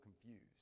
confused